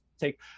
take